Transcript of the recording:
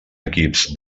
equips